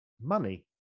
money